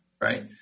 right